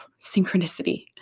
synchronicity